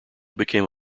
became